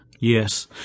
Yes